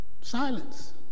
silence